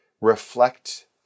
reflect